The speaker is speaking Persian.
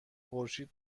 خورشید